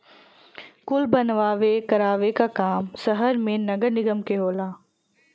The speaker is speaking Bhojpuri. कुल बनवावे करावे क काम सहर मे नगरे निगम के होला